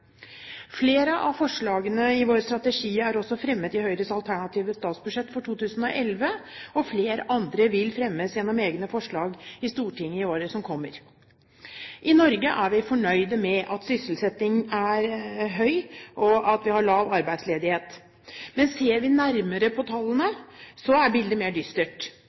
Flere av forslagene i vår strategi er også fremmet i Høyres alternative statsbudsjett for 2011, og flere andre vil fremmes gjennom egne forslag i Stortinget i året som kommer. I Norge er vi fornøyd med at sysselsettingen er høy, og at vi har lav arbeidsledighet, men ser vi nærmere på tallene, er bildet mer dystert: